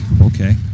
okay